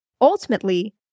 Ultimately